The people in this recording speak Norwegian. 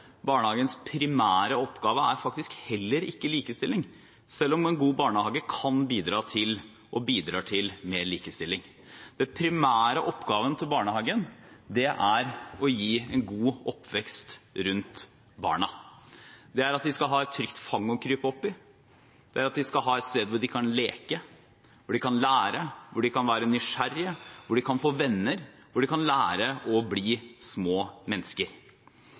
Barnehagens primære oppgave er heller ikke likestilling, selv om en god barnehage kan bidra til og bidrar til mer likestilling. Den primære oppgaven til barnehagen er å gi barna en god oppvekst, at de skal ha et trygt fang å krype opp i, at de skal ha et sted hvor de kan leke, hvor de kan lære, hvor de kan være nysgjerrige, hvor de kan få venner, hvor de kan lære å bli små mennesker.